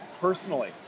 personally